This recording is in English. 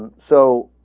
and so